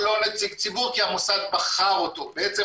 לא ועדה פנימית, אולי יש בלבול.